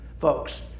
Folks